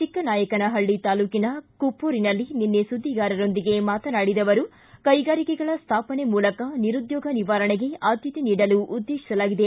ಚಿಕ್ಕನಾಯಕನ ಹಳ್ಳಿ ತಾಲೂಕಿನ ಕುಪ್ತೋರಿನಲ್ಲಿ ನಿನ್ನೆ ಸುದ್ದಿಗಾರರೊಂದಿಗೆ ಮಾತನಾಡಿದ ಅವರು ಕೈಗಾರಿಕೆಗಳ ಸ್ಥಾಪನೆ ಮೂಲಕ ನಿರುದ್ಯೋಗ ನಿವಾರಣೆಗೆ ಆದ್ಯತೆ ನೀಡಲು ಉದ್ದೇತಿಸಲಾಗಿದೆ